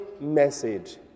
message